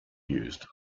used